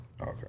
okay